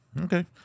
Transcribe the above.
Okay